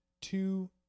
two